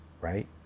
right